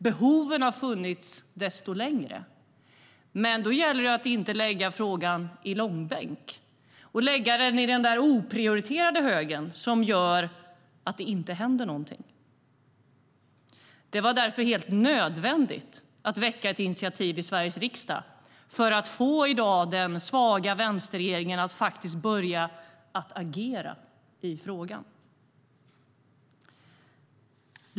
Behoven har funnits desto längre. Då gäller det att inte dra frågan i långbänk och lägga den i den där oprioriterade högen som gör att det inte händer någonting. Det var därför helt nödvändigt att väcka ett initiativ i Sveriges riksdag för att få den svaga vänsterregeringen att börja agera i frågan.